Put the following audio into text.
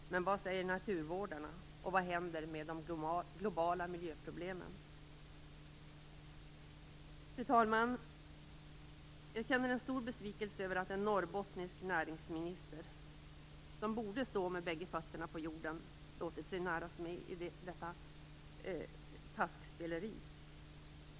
Men vad säger naturvårdarna, och vad händer med de globala miljöproblemen? Fru talman! Jag känner stor besvikelse över att en norrbottnisk näringsminister, som borde stå med båda fötterna på jorden, låtit sig narras med i detta "taskspeleri".